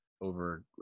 over